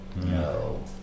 no